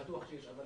בטוח שיש,